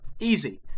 Easy